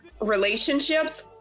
relationships